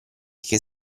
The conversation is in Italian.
che